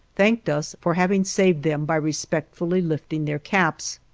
thanked us for having saved them by respectfully lifting their caps.